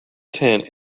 tent